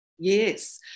Yes